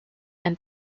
and